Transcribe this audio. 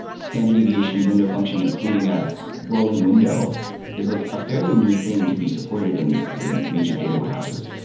standard deviation window function including a rolling window is like a fairly new thing to be supported in the major data warehouses.